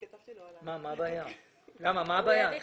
ביקשתי לשנתיים והוא הסכים